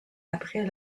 après